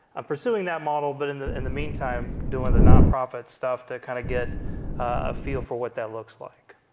i'm pursuing that model, but in the and the meantime doing the nonprofit stuff to kinda kind of get a feel for what that looks like.